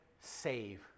save